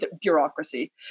bureaucracy